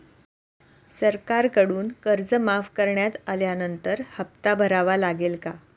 सरकारकडून कर्ज माफ करण्यात आल्यानंतर हप्ता भरावा लागेल का?